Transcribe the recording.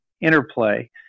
interplay